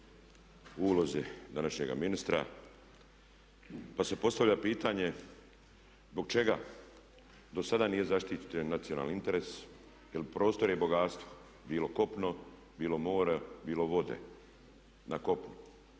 ulozi do našega ministra pa se postavlja pitanje zbog čega do sada nije zaštićen nacionalni interes jer prostor je bogatstvo, bilo kopno bilo more bilo vode na kopnu.